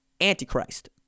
Antichrist